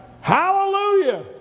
Hallelujah